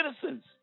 citizens